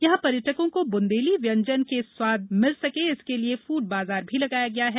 यहां पर्यटकों को बुंदेली व्यंजनों का स्वाद मिल सके इसके लिये एक फूड बाजार भी लगाया गया है